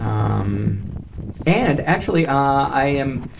um and actually i am.